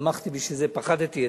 פחדתי אתמול.